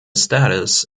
status